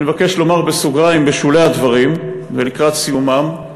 אני מבקש לומר בסוגריים בשולי הדברים ולקראת סיומם,